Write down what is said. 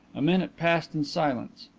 a minute passed in silence.